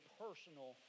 personal